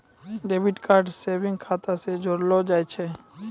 debit card savings खाता से जोड़लो जाय छै